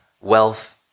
wealth